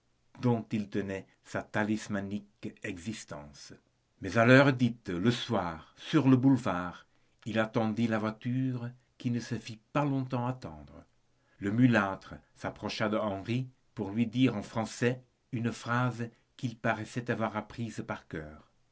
dont il tenait sa talismanique existence mais à l'heure dite le soir sur le boulevard il attendit la voiture qui ne se fit pas attendre le mulâtre s'approcha d'henri pour lui dire en français une phrase qu'il paraissait avoir apprise par cœur